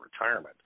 retirement